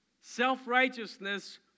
self-righteousness